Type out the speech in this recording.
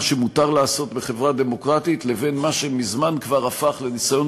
שמותר לעשות בחברה דמוקרטית לבין מה שמזמן כבר הפך לניסיון